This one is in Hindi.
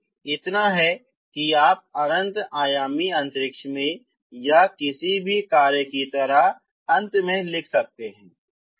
और फिर इतना है कि आप अनंत आयामी अंतरिक्ष में यह किसी भी कार्य की तरह अंत में लिख सकते हैं